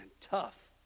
tough